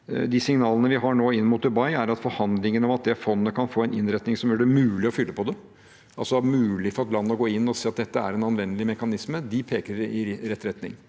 De signalene vi har nå, inn mot Dubai, er at forhandlingene om at det fondet kan få en innretning som gjør det mulig å fylle på det, altså mulig for et land å gå inn og se at dette er en anvendelig mekanisme, peker i rett retning.